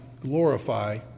glorify